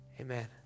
amen